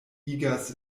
igas